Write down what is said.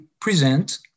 present